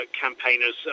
campaigners